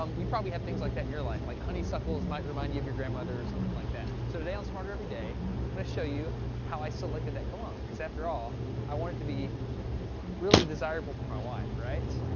um you probably have things like that in your life. like honeysuckles might remind you of your grandmother or something like that. so today on smarter every day i'm gonna show you how i selected that cologne, because after all i wanted to be really desirable for my wife right?